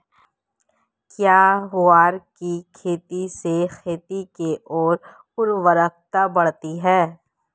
क्या ग्वार की खेती से खेत की ओर उर्वरकता बढ़ती है?